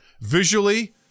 Visually